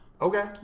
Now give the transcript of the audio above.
Okay